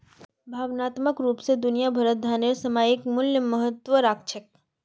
भावनात्मक रूप स दुनिया भरत धनेर सामयिक मूल्य महत्व राख छेक